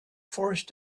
forced